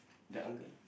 the uncle